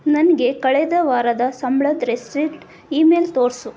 ನನಗೆ ಕಳೆದ ವಾರದ ಸಂಬ್ಳದ ರೆಸೀಟ್ ಇಮೇಲ್ ತೋರಿಸು